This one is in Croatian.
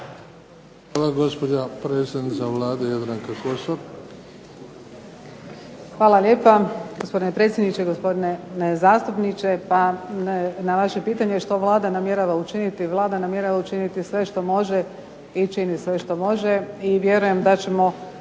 Hvala. Gospođa predsjednica Vlade Jadranka Kosor.